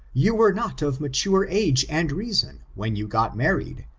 you were not of mature age and reason when you got married,